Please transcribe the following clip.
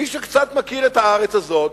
מי שקצת מכיר את הארץ הזו,